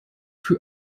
für